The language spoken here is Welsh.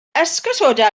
esgusoda